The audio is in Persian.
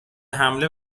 حمله